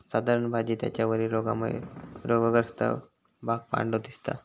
साधारण भाजी त्याच्या वरील रोगामुळे रोगग्रस्त भाग पांढरो दिसता